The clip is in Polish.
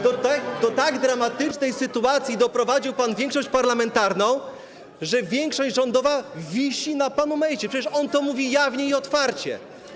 Do tak dramatycznej sytuacji doprowadził pan większość parlamentarną, że większość rządowa wisi na panu Mejzie, przecież on to mówi jawnie i otwarcie.